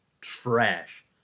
Trash